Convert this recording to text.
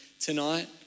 tonight